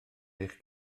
eich